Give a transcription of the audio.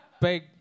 Big